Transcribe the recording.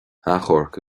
achomhairc